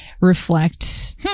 reflect